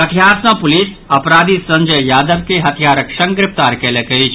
कटिहार सँ पुलिस अपराधी संजय यादव के हथियारक संग गिरफ्तार कयलक अछि